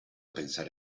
pensare